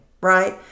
right